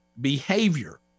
behavior